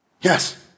yes